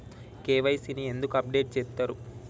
KYC ని ఎందుకు update చేత్తరు?